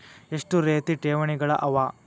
ಎಷ್ಟ ರೇತಿ ಠೇವಣಿಗಳ ಅವ?